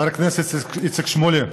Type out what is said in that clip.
חבר הכנסת איציק שמולי,